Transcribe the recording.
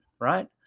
right